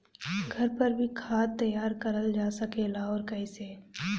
घर पर भी खाद तैयार करल जा सकेला और कैसे?